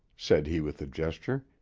said he with a gesture,